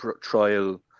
trial